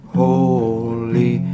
holy